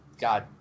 god